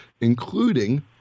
including